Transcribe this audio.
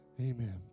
Amen